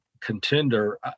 contender